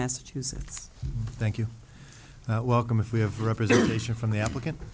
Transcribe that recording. massachusetts thank you welcome if we have representation from the applicant